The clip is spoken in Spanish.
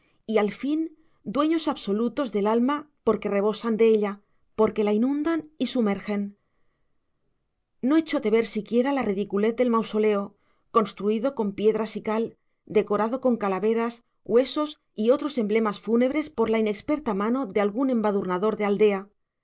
y al fin dueños absolutos del alma porque rebosan de ella porque la inundan y sumergen no echó de ver siquiera la ridiculez del mausoleo construido con piedras y cal decorado con calaveras huesos y otros emblemas fúnebres por la inexperta